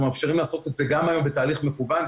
אנחנו מאפשרים לעשות את זה גם בתהליך מקוון.